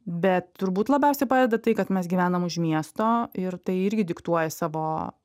bet turbūt labiausiai padeda tai kad mes gyvenam už miesto ir tai irgi diktuoja savo